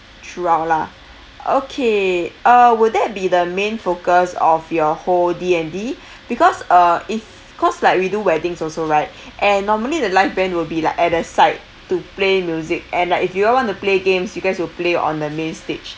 throughout lah okay uh will that be the main focus of your whole D and D because uh if cause like we do weddings also right and normally the live band will be like at the side to play music and like if you all want to play games you guys will play on the main stage